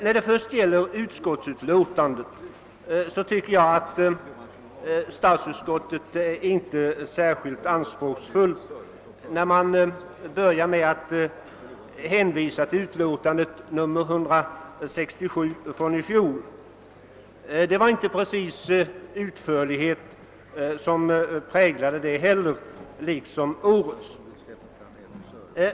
,| Vad först gäller utskottsutlåtandet, tycker jag att statsutskottet inte är sär skilt anspråksfullt när det börjar med att hänvisa till sitt utlåtande nr 167 från i fjol. Det var inte precis utförlighet som präglade det utlåtandet, lika litet som detta kan sägas vara fallet med årets utlåtande.